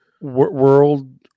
World